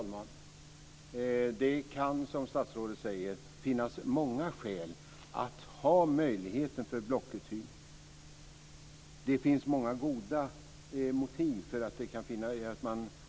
Fru talman! Det kan, som statsrådet säger, finnas många skäl för att ha möjlighet till blockuthyrning. Det finns många motiv för att ha blockuthyrning.